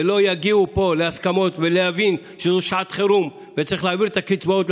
ולא יגיעו פה להסכמות ויבינו שזאת שעת חירום ושצריך להעביר את הקצבאות,